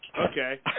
Okay